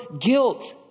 guilt